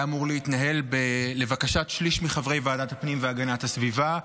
אמור להתנהל לבקשת שליש מחברי ועדת הפנים והגנת הסביבה.